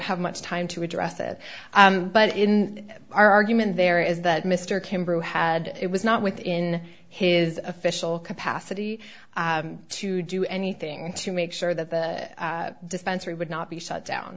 have much time to address it but in our argument there is that mr kim who had it was not within his official capacity to do anything to make sure that the dispensary would not be shut down